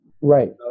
Right